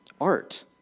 art